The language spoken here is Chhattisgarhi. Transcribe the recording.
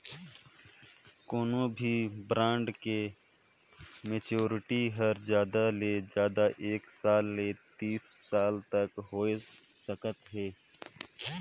कोनो भी ब्रांड के मैच्योरिटी हर जादा ले जादा एक साल ले तीस साल तक होए सकत हे